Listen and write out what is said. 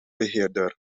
beheerder